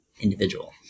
individual